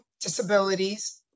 disabilities